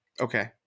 Okay